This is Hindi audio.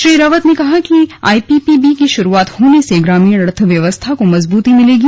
श्री रावत ने कहा है कि आईपीपीबी की शुरूआत होने से ग्रामीण अर्थव्यवस्था को मजबूती मिलेगी